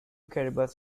caribous